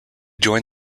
joined